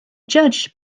judge